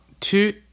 two